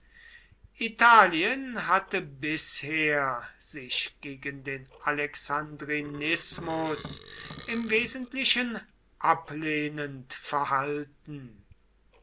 italien hatte bisher sich gegen den alexandrinismus im wesentlichen ablehnend verhalten